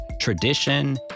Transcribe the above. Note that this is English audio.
tradition